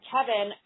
Kevin